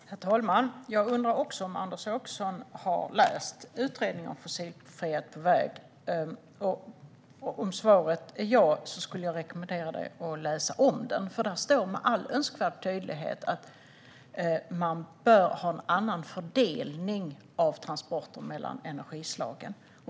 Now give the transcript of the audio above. Herr talman! Jag undrar om Anders Åkesson har läst utredningen Fossilfrihet på väg . Om svaret är ja skulle jag rekommendera honom att läsa den igen. Där står nämligen med all önskvärd tydlighet att man bör ha en annan fördelning av transporter mellan energislagen.